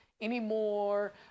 anymore